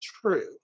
true